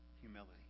Humility